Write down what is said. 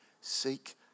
Seek